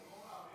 ברוב הערים